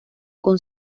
con